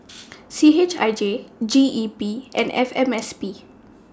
C H I J G E P and F M S P